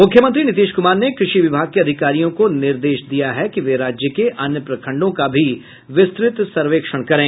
मुख्यमंत्री नीतिश कुमार ने कृषि विभाग के अधिकारियों को निर्देश दिया है कि वे राज्य के अन्य प्रखंडों का भी विस्तृत सर्वेक्षण करें